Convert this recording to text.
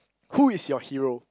who is your hero